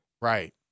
Right